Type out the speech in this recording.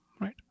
right